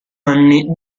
anni